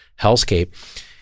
hellscape